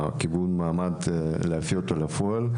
קידום המעמד, ונוציא אותו לפועל".